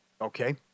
Okay